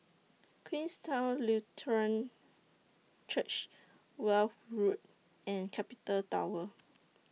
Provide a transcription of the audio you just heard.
Queenstown Lutheran Church Weld Road and Capital Tower